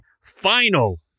Final